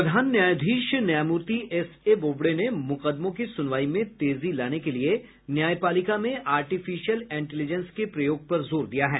प्रधान न्यायाधीश न्यायमूर्ति एसए बोबड़े ने मुकदमों की सुनवाई में तेजी लाने के लिये न्यायपालिका में आर्टिफिशिएल इंटेलिजेंस के प्रयोग पर जोर दिया है